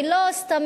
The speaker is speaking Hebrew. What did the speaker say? היא לא סתמית,